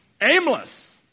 Aimless